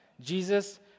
Jesus